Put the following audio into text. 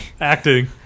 acting